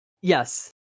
Yes